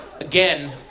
Again